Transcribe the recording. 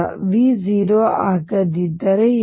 V 0 ಆಗದಿದ್ದರೆ ಏನು